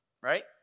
right